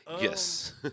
Yes